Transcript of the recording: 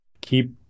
keep